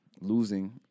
Losing